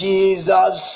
Jesus